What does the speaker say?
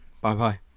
Bye-bye